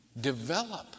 develop